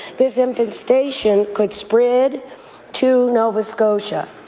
this infestation could spread to nova scotia.